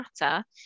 matter